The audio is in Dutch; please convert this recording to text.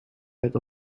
werd